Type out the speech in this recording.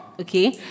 Okay